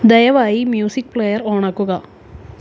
ദയവായി music player ഓണാക്കുക